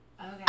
Okay